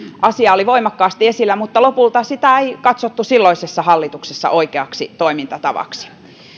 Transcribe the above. asia oli voimakkaasti esillä mutta lopulta sitä ei katsottu silloisessa hallituksessa oikeaksi toimintatavaksi